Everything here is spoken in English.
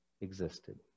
existed